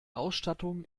ausstattung